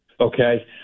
Okay